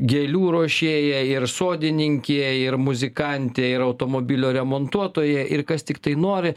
gėlių ruošėja ir sodininkė ir muzikantė ir automobilio remontuotoja ir kas tiktai nori